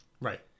Right